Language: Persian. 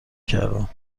کردم